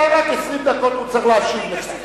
אתה רק דיברת 20 דקות, הוא צריך להשיב לך.